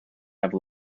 have